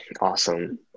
Awesome